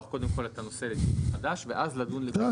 קודם כול את הנושא לדיון מחדש ואז לדון לגופו.